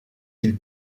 ils